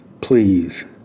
please